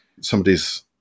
somebody's